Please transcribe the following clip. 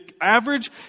average